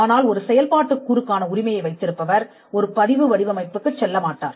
ஆனால் ஒரு செயல்பாட்டுக் கூறுக்கான உரிமையை வைத்திருப்பவர் ஒரு பதிவு வடிவமைப்புக்குச் செல்லமாட்டார்